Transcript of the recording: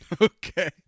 Okay